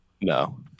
No